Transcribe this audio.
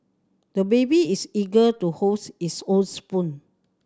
the baby is eager to hold his own spoon